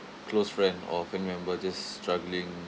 close friend or family member just struggling